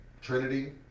Trinity